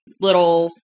little